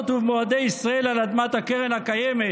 ובמועדי ישראל על אדמת הקרן הקיימת.